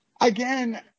Again